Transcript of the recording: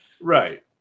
Right